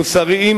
מוסריים,